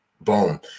boom